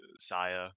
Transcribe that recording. Saya